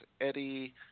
Eddie